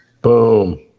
Boom